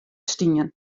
stien